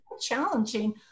challenging